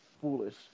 foolish